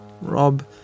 Rob